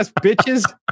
bitches